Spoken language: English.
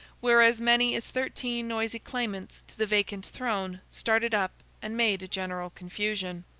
where as many as thirteen noisy claimants to the vacant throne started up and made a general confusion.